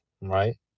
right